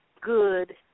good